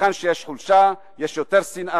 והיכן שיש חולשה יש יותר שנאה,